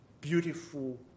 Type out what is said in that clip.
beautiful